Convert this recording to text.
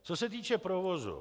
Co se týče provozu.